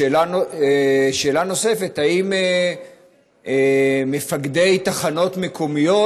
שאלה נוספת: האם מפקדי תחנות מקומיות,